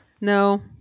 No